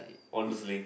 honestly